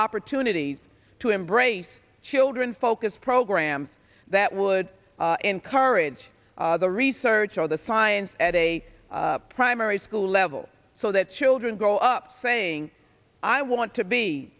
opportunities to embrace children focus program that would encourage the research on the science at a primary school level so that children grow up saying i want to be